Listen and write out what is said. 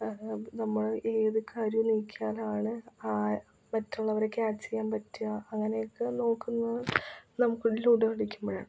നമ്മള് ഏത് കാര്യം നീക്കിയാൽ ആണ് മറ്റുള്ളവ്രെ ക്യാച്ച് ചെയ്യാന് പറ്റുക അങ്ങനെയൊക്കെ നോക്കുന്ന നമുക്ക് ലുഡോ കളിക്കുമ്പോഴാണ്